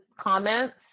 comments